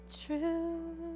true